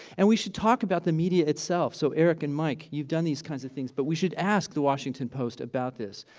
and we should talk about the media itself so erik and mike, you've done these kinds of things but we should ask the washington post about this.